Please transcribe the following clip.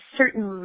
certain